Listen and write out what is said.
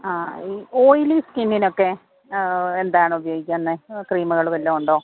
ആ ഈ ഓയിലി സ്കിന്നിനൊക്കെ എന്താണ് ഉപയോഗിക്കുന്നത് ക്രീമുകൾ വല്ലതും ഉണ്ടോ